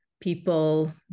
people